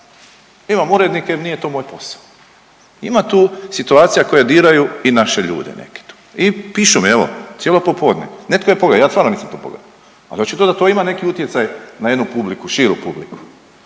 imam urednike nije to moj posao. Ima tu situacija koje diraju i naše ljude neke tu. I pišu mi evo cijelo popodne, netko je poveo, ja stvarno nisam to poveo, a znači dodatno ima neki utjecaj na jednu publiku, širu publiku.